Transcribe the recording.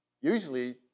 Usually